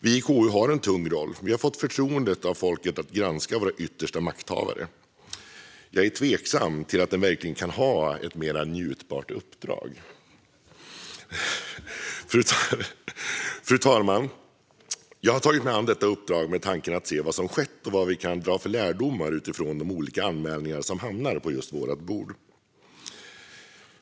Vi i KU har en tung roll. Vi har fått förtroendet av folket att granska våra yttersta makthavare. Jag är tveksam till om en verkligen kan ha ett mer njutbart uppdrag! Fru talman! Jag har tagit mig an detta uppdrag med tanken att se vad som skett och vad vi kan dra för lärdomar utifrån de olika anmälningar som hamnar på vårt bord.